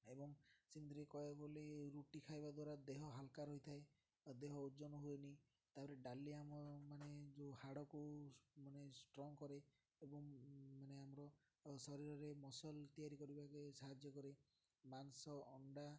ଏବଂ କହିବାକୁ ଗଲେ ରୁଟି ଖାଇବା ଦ୍ୱାରା ଦେହ ହାଲକା ରହିଥାଏ ଆଉ ଦେହ ଓଜନ ହୁଏନି ତା'ପରେ ଡାଲି ଆମ ମାନେ ଯେଉଁ ହାଡ଼କୁ ମାନେ ଷ୍ଟ୍ରଙ୍ଗ କରେ ଏବଂ ମାନେ ଆମର ଶରୀରରେ ମସଲ୍ ତିଆରି କରିବାକେ ସାହାଯ୍ୟ କରେ ମାଂସ ଅଣ୍ଡା